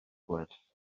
gwell